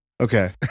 Okay